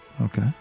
Okay